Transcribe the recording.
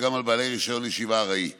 וגם על בעלי רישיון ישיבה ארעי כללי.